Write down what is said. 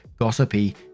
gossipy